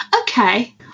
Okay